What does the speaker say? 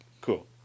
Cool